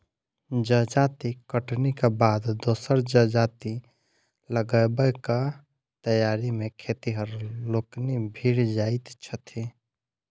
जजाति कटनीक बाद दोसर जजाति लगयबाक तैयारी मे खेतिहर लोकनि भिड़ जाइत छथि